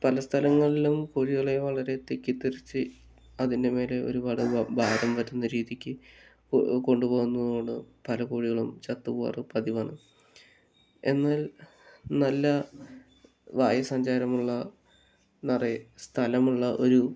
പല സ്ഥലങ്ങളിലും കോഴികളെ വളരെ തിക്കിത്തിരച്ച് അതിൻറ്റെ മേലെ ഒരുപാട് ഭാരം വരുന്ന രീതിക്ക് കൊണ്ടുപോകുന്നതുകൊണ്ട് പലകോഴികളും ചത്തു പോകാറ് പതിവാണ് എന്നാൽ നല്ല വായു സഞ്ചാരമുള്ള നിറയെ സ്ഥലമുള്ള ഒരു